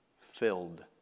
filled